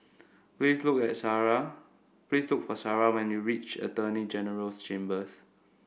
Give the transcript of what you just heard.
please look at Shara please look for Sharawhen you reach Attorney General's Chambers